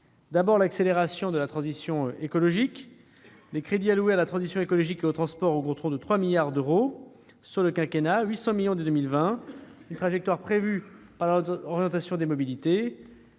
par l'accélération de la transition écologique. Les crédits alloués à la transition écologique et aux transports augmenteront de 3 milliards d'euros sur le quinquennat et de 800 millions d'euros dès 2020, et la trajectoire prévue par la loi d'orientation des mobilités